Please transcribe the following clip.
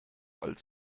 als